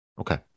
Okay